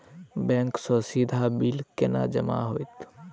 Bank सँ सीधा bill केना जमा होइत?